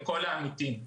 לכל העמיתים.